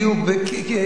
בדיוק.